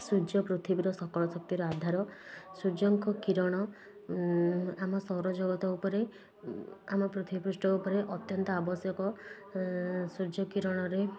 ସୂର୍ଯ୍ୟ ପୃଥିବୀର ସକଳ ଶକ୍ତିର ଆଧାର ସୂର୍ଯ୍ୟଙ୍କ କିରଣ ଆମ ସୌରଜଗତ ଉପରେ ଆମ ପୃଥିବୀ ପୃଷ୍ଠ ଉପରେ ଅତ୍ୟନ୍ତ ଆବଶ୍ୟକ ସୂର୍ଯ୍ୟ କିରଣରେ